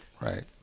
right